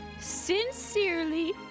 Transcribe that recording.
Sincerely